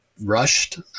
rushed